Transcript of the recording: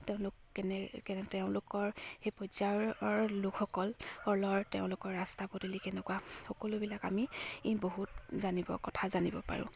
তেওঁলোক কেনে কেনে তেওঁলোকৰ সেই পৰ্যায়ৰ লোকসকল লৰ তেওঁলোকৰ ৰাস্তা পদূলি কেনেকুৱা সকলোবিলাক আমি ই বহুত জানিব কথা জানিব পাৰোঁ